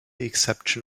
exception